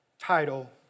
title